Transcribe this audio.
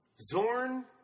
Zorn